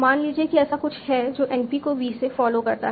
मान लीजिए कि ऐसा कुछ है जो NP को V से फॉलो करता है